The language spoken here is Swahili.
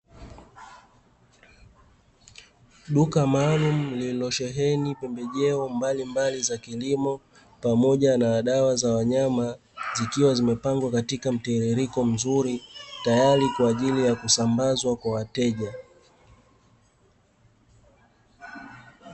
Duka maalumu lililo sheheni pembejeo mbalimbali za kilimo pamoja na dawa za wanyama, zikiwa zimepangwa katika mtiririko mzuri tayari kwa ajili ya kusambazwa kwa wateja.